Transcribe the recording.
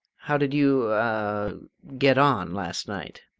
how did you a get on last night?